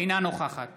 אינה נוכחת